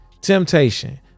Temptation